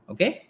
Okay